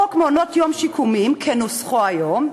חוק מעונות-יום שיקומיים, כנוסחו היום,